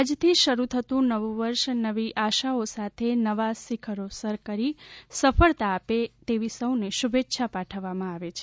આજથી શરૂ થતું નવું વર્ષ નવી આશાઓ સાથે નવા શિખરોસર કરી સફળતા આપે તેવી સૌને શુભેચ્છા પાઠવવામાં આવે છે